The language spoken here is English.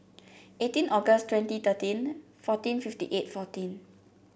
eighteen August twenty thirteen fourteen fifty eight fourteen